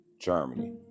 Germany